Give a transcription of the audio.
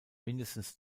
mindestens